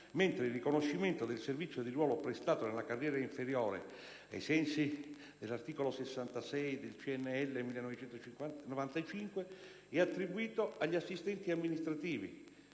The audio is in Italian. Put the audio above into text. mentre il riconoscimento del servizio di ruolo prestato nella carriera inferiore, ai sensi dell'articolo 66 del CCNL del 1995, è attribuito agli assistenti amministrativi,